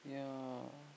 yeah